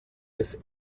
bis